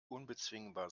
unbezwingbar